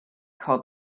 called